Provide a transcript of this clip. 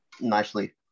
nicely